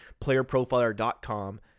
playerprofiler.com